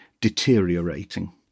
deteriorating